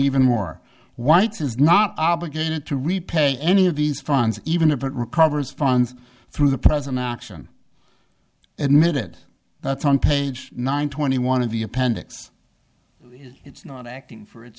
even more whites is not obligated to repay any of these funds even if it recovers funds through the present auction admitted that's on page nine twenty one of the appendix it's not acting for its